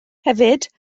hefyd